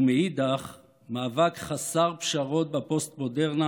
ומאידך גיסא מאבק חסר פשרות בפוסט-מודרנה